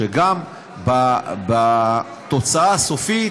שגם בתוצאה הסופית,